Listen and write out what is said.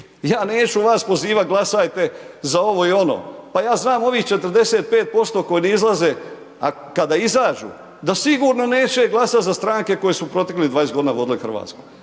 Ja neću vas pozivati glasajte za ovo i ono. Pa ja znam ovi 45% koji ne izlaze, a kada izađu, da sigurno neće glasati za stranke koji su proteklih 20 g. vodili Hrvatsku.